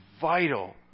vital